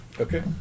Okay